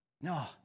No